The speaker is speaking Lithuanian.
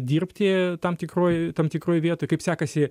dirbti tam tikroj tam tikroj vietoj kaip sekasi